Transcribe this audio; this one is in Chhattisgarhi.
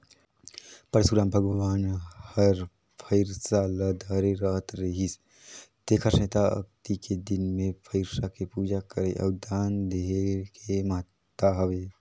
परसुराम भगवान हर फइरसा ल धरे रहत रिहिस तेखर सेंथा अक्ती के दिन मे फइरसा के पूजा करे अउ दान देहे के महत्ता हवे